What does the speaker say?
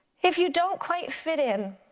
if you don't quite fit in,